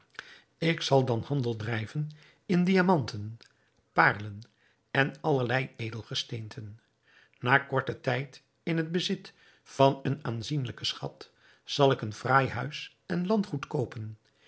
ik zal dan handel drijven in diamanten paarlen en allerlei edelgesteenten na korten tijd in het bezit van een aanzienlijken schat zal ik een fraai huis en landgoed koopen